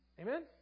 Amen